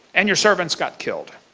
and your servants got killed,